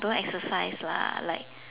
don't exercise lah like